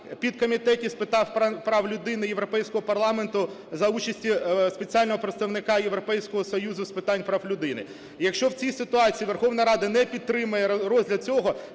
підкомітеті з питань прав людини Європейського парламенту за участі спеціального представника Європейського Союзу з питань прав людини. І якщо в цій ситуації Верховна Рада не підтримає розгляд цього,